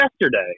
yesterday